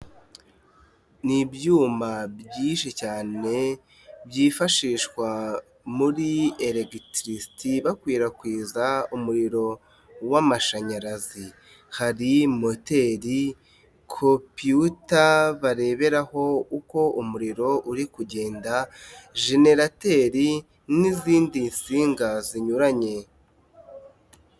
Ni ibyuma byinshi cyane byifashishwa muri elegitirisiti bakwirakwiza umuriro w'amashanyarazi, hari moteri kompiyuta(computer) bareberaho uko umuriro uri kugenda, jenerateri(generator) n'izindi nsinga zinyuranye.